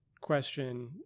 question